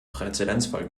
präzedenzfall